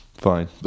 Fine